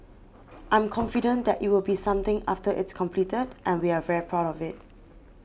I'm confident that it will be something after it's completed and we are very proud of it